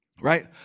Right